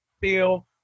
feel